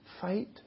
fight